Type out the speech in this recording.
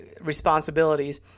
responsibilities